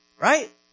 Right